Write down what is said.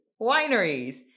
wineries